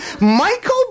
Michael